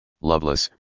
loveless